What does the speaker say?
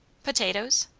potatoes?